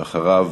ואחריו,